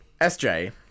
Sj